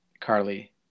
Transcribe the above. Carly